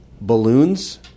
balloons